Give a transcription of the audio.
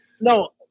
No